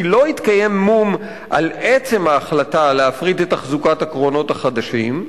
לא יתקיים משא-ומתן על עצם ההחלטה להפריט את תחזוקת הקרונות החדשים,